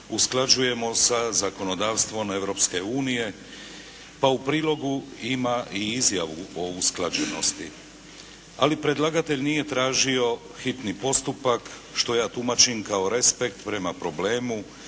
usklađujemo sa zakonodavstvom Europske unije pa u prilogu ima i izjavu o usklađenosti. Ali predlagatelj nije tražio hitni postupak što ja tumačim kao respekt prema problemu,